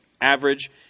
Average